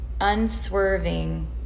unswerving